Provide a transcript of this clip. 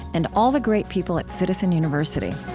and all the great people at citizen university